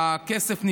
הכסף,